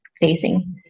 facing